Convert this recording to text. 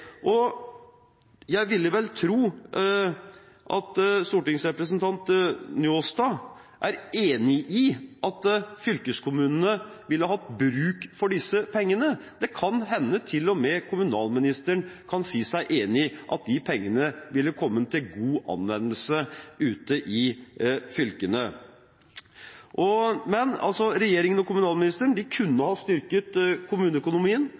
Jeg ville vel tro at stortingsrepresentant Njåstad er enig i at fylkeskommunene ville hatt bruk for disse pengene. Det kan hende til og med kommunalministeren kan si seg enig i at de pengene ville komme til god anvendelse ute i fylkene. Regjeringen og kommunalministeren kunne ha styrket kommuneøkonomien til nytte for folk flest, og kommunalministeren